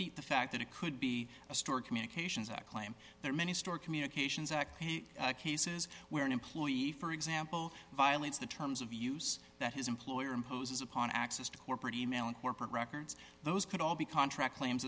defeat the fact that it could be a store communications act claim that many store communications act cases where an employee for example violates the terms of use that his employer imposes upon access to corporate email and corporate records those could all be contract claims